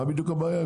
מה הבעיה עם זה?